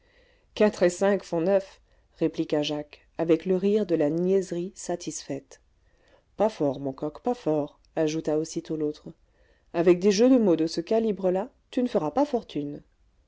quatre et cinq font neuf répliqua jacques avec le rire de la niaiserie satisfaite pas fort mon coq pas fort ajouta aussitôt l'autre avec des jeux de mots de ce calibre là tu ne feras pas fortune